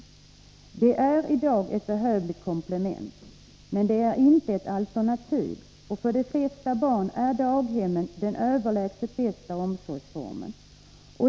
I dag är de ett behövligt komplement, men de är inte ett alternativ till kommunal barnomsorg och för de flesta barn är daghemmen den överlägset bästa omsorgsformen.